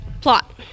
Plot